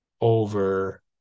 over